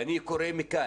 אני קורא מכאן: